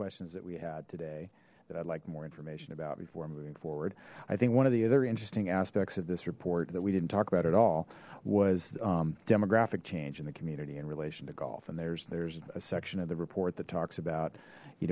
questions that we had today that i'd like more information about before i'm moving forward i think one of the other interesting aspects of this report that we didn't talk about at all was demographic change in the community in relation to golf and there's there's a section of the report that talks about you